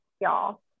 y'all